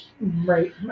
Right